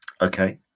Okay